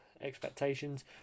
expectations